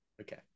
Okay